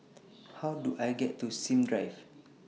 How Do I get to Sims Drive